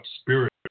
spirit